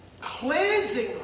cleansing